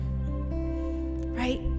right